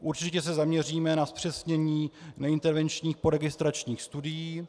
Určitě se zaměříme na zpřesnění neintervenčních poregistračních studií.